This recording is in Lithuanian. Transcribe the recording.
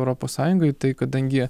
europos sąjungoj tai kadangi